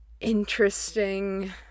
interesting